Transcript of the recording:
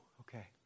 Okay